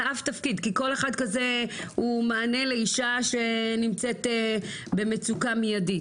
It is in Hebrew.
כי כל אחד כזה הוא מענה לאישה שנמצאת במצוקה מידית.